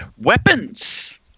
weapons